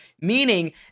meaning